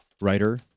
Writer